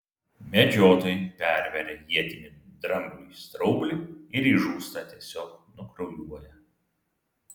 medžiotojai perveria ietimi drambliui straublį ir jis žūsta tiesiog nukraujuoja